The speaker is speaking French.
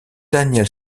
daniel